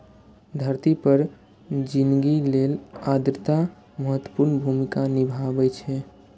धरती पर जिनगी लेल आर्द्रता महत्वपूर्ण भूमिका निभाबै छै